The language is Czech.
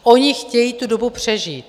Oni chtějí tu dobu přežít.